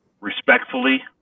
respectfully